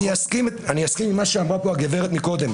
אני אסכים עם מה שאמרה פה קודם הגברת.